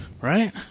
Right